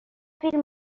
فیلم